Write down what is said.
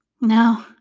no